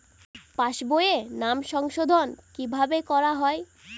পাশ বইয়ে নাম সংশোধন কিভাবে করা হয়?